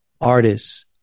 artists